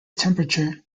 temperature